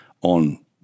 on